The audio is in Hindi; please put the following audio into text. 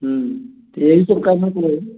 हम्म त यही सब करना पड़ेगा